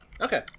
Okay